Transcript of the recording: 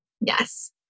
Yes